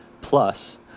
Plus